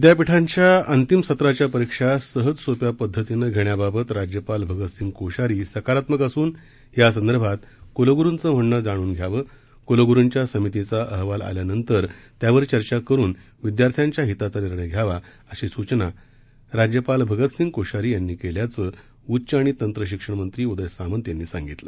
संतिम सत्राच्या परीक्षा सहज सोप्या पदधतीनं घेण्याबाबत राज्यपाल भगतसिंग कोश्यारी सकारात्मक सून या संदर्भात क्लग्रूंचं म्हणणं जाणून घ्यावं कलग्रूंच्या समितीचा हवाल आल्यानंतर त्यावर चर्चा करून विदयार्थ्याच्या हिताचा निर्णय घ्यावा शी सूचना राज्यपाल भगतसिंग कोश्यारी यांनी केल्याचं उच्च आणि तंत्रशिक्षण मंत्री उदय सामंत यांनी सांगितलं